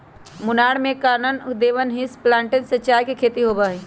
मुन्नार में Kanan Devan hills plantation में चाय के खेती होबा हई